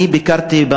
אני ביקרתי,